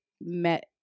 met